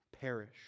perish